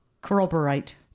Corroborate